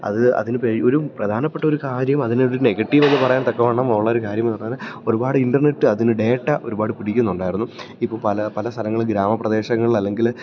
അത് അതിന് ഒരു പ്രധാനപ്പെട്ട ഒരു കാര്യം അതിനൊരു നെഗറ്റീവ് എന്നു പറയാൻ തക്കവണ്ണം ഉള്ളൊരു കാര്യമെന്നു പറഞ്ഞാല് ഒരുപാട് ഇൻറർനെറ്റ് അതിന് ഡേറ്റാ ഒരുപാട് പിടിക്കുന്നുണ്ടായിരുന്നു ഇപ്പോള് പല പല സലങ്ങളിൽ ഗ്രാമപ്രദേശങ്ങളിൽ അല്ലെങ്കില്